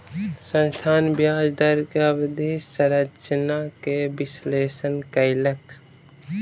संस्थान ब्याज दर के अवधि संरचना के विश्लेषण कयलक